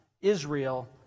Israel